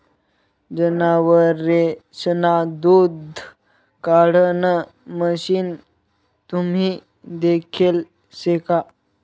जनावरेसना दूध काढाण मशीन तुम्ही देखेल शे का?